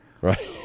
Right